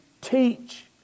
teach